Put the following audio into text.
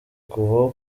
kuvaho